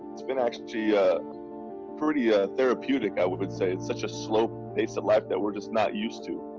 it's been actually pretty ah therapeutic, i would would say. it's such a slow pace of life that we're just not used to.